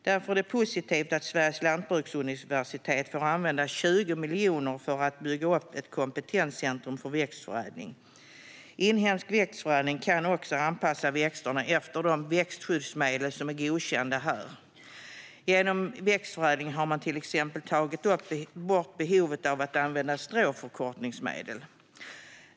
Därför är det positivt att Sveriges lantbruksuniversitet får använda 20 miljoner för att bygga upp ett kompetenscentrum för växtförädling. Inhemsk växtförädling kan anpassa växterna efter de växtskyddsmedel som är godkända här. Genom växtförädling har man till exempel tagit bort behovet av att använda stråförkortningsmedel.